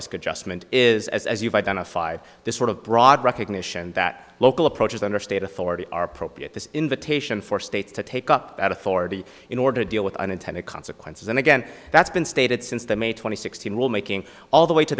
risk adjustment is as you've identified the sort of broad recognition that local approaches under state authority are appropriate this invitation for states to take up that authority in order to deal with unintended consequences and again that's been stated since the may twenty sixth making all the way to